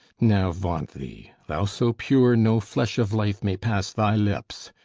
now vaunt thee thou so pure, no flesh of life may pass thy lips!